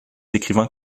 écrivains